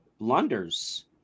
blunders